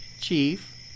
chief